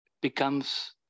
becomes